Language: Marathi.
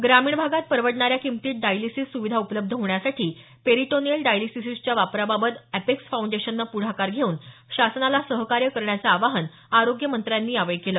ग्रामीण भागात परवडणाऱ्या किंमतीत डायलिसीस सुविधा उपलब्ध होण्यासाठी पेरिटोनिअल डायलिसीसच्या वापराबाबत एपेक्स फाऊंडेशननं पुढाकार घेऊन शासनाला सहकार्य करण्याचं आवाहन आरोग्यमंत्र्यांनी केलं